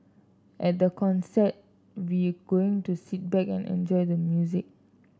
at the concert we going to sit back and enjoy the music